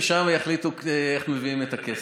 ושם יחליטו איך מביאים את הכסף.